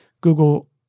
Google